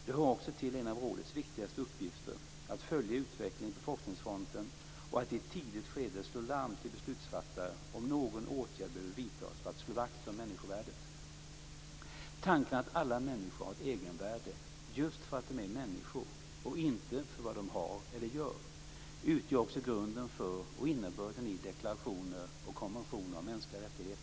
Det är också en av rådets viktigaste uppgifter att följa utvecklingen på forskningsfronten och att i ett tidigt skede slå larm till beslutsfattare om någon åtgärd behöver vidtas för att slå vakt om människovärdet. Tanken att alla människor har ett egenvärde just för att de är människor, inte för vad de har eller gör, utgör också grunden för och innebörden i deklarationer och konventioner om mänskliga rättigheter.